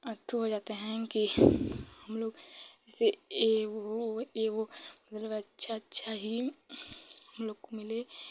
अथी हो जाते हैं कि हमलोग यह वह मतलब अच्छा अच्छा ही हमलोग को मिले